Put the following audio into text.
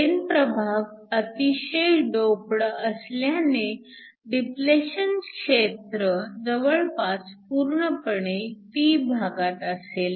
n प्रभाग अतिशय doped असल्याने डिप्लेशन क्षेत्र जवळपास पूर्णपणे p भागात असेल